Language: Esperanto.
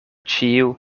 ĉiu